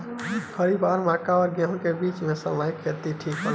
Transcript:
खरीफ और मक्का और गेंहू के बीच के समय खेती ठीक होला?